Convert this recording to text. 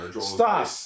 Stop